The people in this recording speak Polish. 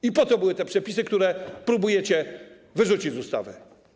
I po to były te przepisy, które próbujcie wyrzucić z ustawy.